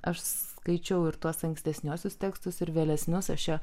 aš skaičiau ir tuos ankstesniuosius tekstus ir vėlesnius aš čia